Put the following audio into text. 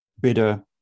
Bitter